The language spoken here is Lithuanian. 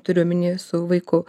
turiu omeny su vaiku